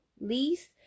lease